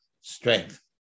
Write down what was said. strength